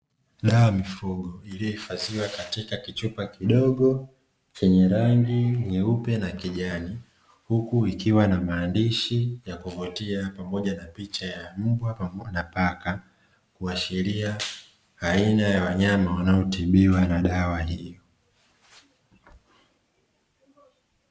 Dawa ya mifugo, iliyohifadhiwa katika kichupa kidogo chenye rangi nyeupe na kijani, huku ikiwa na maandishi ya kuvutia pamoja na picha mbwa na paka, kuashiria aina ya wanyama wanaotibiwa na dawa hii.